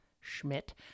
Schmidt